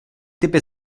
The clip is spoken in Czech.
typy